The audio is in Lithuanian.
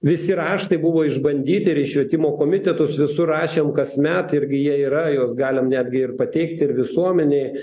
visi raštai buvo išbandyti ir švietimo komitetus visur rašėm kasmet ir jie yra juos galim netgi ir pateikt ir visuomenei